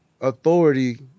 authority